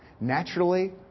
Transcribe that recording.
Naturally